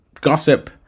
gossip